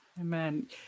Amen